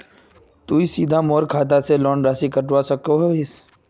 तुई सीधे मोर खाता से लोन राशि कटवा सकोहो हिस?